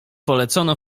polecono